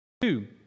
Two